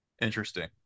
interesting